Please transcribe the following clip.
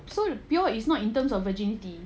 so pure is not in terms of virginity